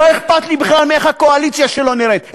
לא אכפת לי בכלל איך הקואליציה שלו נראית.